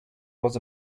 was